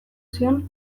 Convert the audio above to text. zion